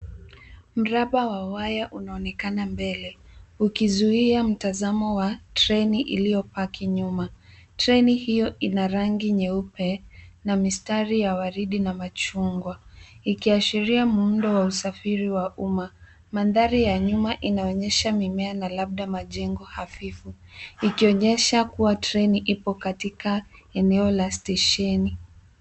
Mraba wa waya unaonekana mbele ukizuia mtazamo wa treni iliyopaki nyuma. Treni hiyo ina rangi nyeupe na mistari ya waridi na machungwa, ikiashiria muundo wa usafiri wa umma. Mandhari ya nyuma inaonyesha mimea na labda majengo hafifu, ikionyesha kuwa treni ipo katika eneo la stesheni.